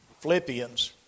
Philippians